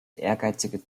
ehrgeizige